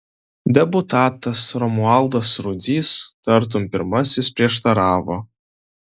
deputatas romualdas rudzys tartum pirmasis prieštaravo